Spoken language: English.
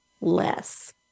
less